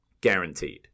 Guaranteed